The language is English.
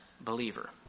believer